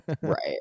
Right